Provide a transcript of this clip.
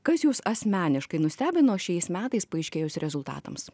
kas jus asmeniškai nustebino šiais metais paaiškėjus rezultatams